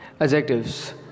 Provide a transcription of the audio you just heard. Adjectives